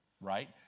right